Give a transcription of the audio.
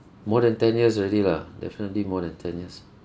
more than ten years already lah definitely more than ten years